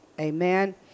Amen